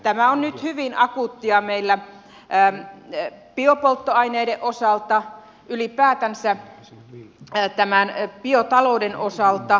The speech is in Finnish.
tämä on nyt hyvin akuuttia meillä biopolttoaineiden osalta ylipäätänsä tämän biotalouden osalta